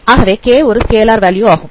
ஆகவே k ஒரு scalar value ஆகும்